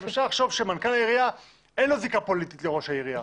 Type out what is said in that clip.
אפשר לחשוב שלמנכ"ל העירייה אין זיקה פוליטית לראש העירייה.